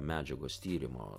medžiagos tyrimo